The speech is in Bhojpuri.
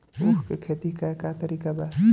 उख के खेती का तरीका का बा?